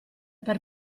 per